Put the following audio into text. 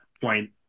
point